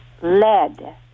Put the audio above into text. lead